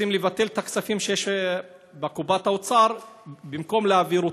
רוצים לבטל את הכספים שיש בקופת האוצר במקום להעביר אותם.